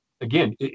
Again